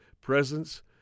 presence